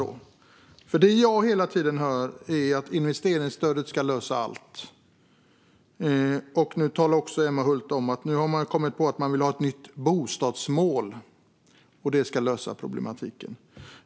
Vad jag hela tiden hör är att investeringsstödet ska lösa allt. Nu talar Emma Hult också om att man nu har kommit på att man vill ha ett nytt bostadsmål som ska lösa problematiken.